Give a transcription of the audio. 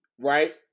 right